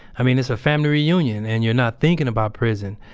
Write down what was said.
i mean it's a family reunion and you're not thinking about prison.